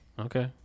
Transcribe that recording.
Okay